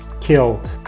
killed